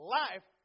life